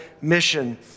mission